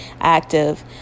active